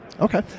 Okay